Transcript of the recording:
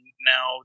now